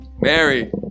Mary